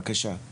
בבקשה.